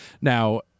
Now